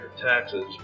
taxes